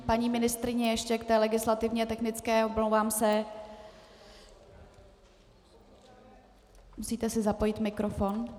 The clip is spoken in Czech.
Paní ministryně, ještě k té legislativně technické omlouvám se musíte si zapojit mikrofon.